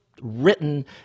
written